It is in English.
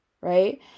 right